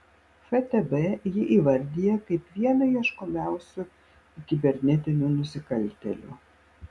ftb jį įvardija kaip vieną ieškomiausių kibernetinių nusikaltėlių